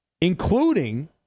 including